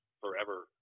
forever